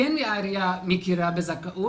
כן העירייה מכירה בזכאות.